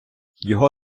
його